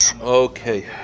Okay